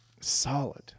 solid